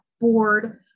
board